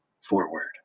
forward